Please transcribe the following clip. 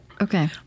Okay